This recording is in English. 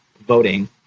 voting